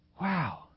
wow